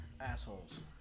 assholes